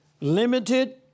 limited